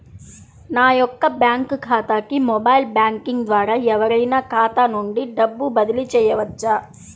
నా యొక్క బ్యాంక్ ఖాతాకి మొబైల్ బ్యాంకింగ్ ద్వారా ఎవరైనా ఖాతా నుండి డబ్బు బదిలీ చేయవచ్చా?